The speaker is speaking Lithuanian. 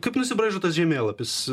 kaip nusibraižo tas žemėlapis